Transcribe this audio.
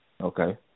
Okay